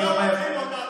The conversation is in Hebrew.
תגיד את האמת.